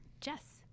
Jess